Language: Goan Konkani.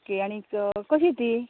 ओके आनीक कशीं ती